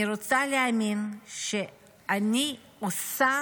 אני רוצה להאמין שאני עושה